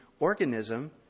Organism